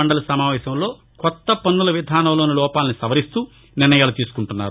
మండలి సమావేశంలో కొత్త పన్నుల విధానంలోని లోపాలను సవరిస్తూ నిర్ణయాలు తీసుకుంటున్నారు